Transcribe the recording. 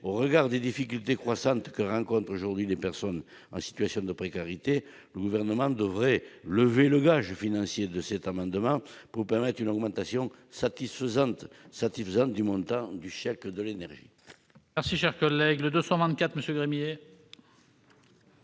Au regard des difficultés croissantes que rencontrent aujourd'hui les personnes en situation de précarité, le Gouvernement devrait lever le gage pour permettre une augmentation satisfaisante du montant du chèque énergie.